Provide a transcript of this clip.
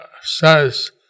says